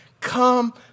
Come